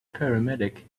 paramedic